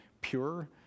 pure